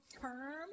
term